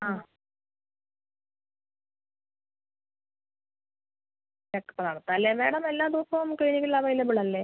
ആ ചെക്കപ്പ് നടത്താം അല്ലേ മാഡം എല്ലാ ദിവസവും ക്ലിനിക്കിൽ അവൈലബിൾ അല്ലേ